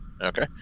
okay